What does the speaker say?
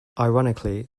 ironically